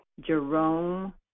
Jerome